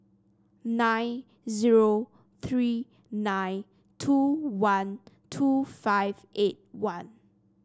nine zero three nine two one two five eight one